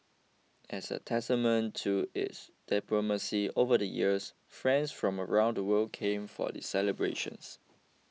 as a testament to its diplomacy over the years friends from around the world came for the celebrations